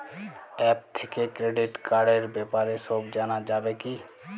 App থেকে credit কার্ডর ব্যাপারে সব জানা যাবে কি?